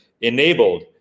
enabled